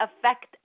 affect